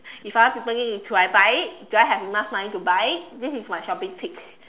if other people need it should I buy it do I have enough money to buy it this is my shopping tips